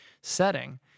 setting